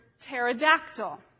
pterodactyl